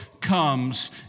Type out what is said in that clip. comes